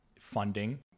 funding